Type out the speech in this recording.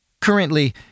Currently